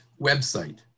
website